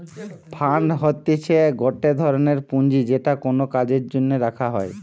fund হতিছে গটে ধরনের পুঁজি যেটা কোনো কাজের জন্য রাখা হই